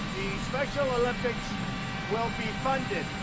special olympics will be funded.